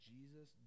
Jesus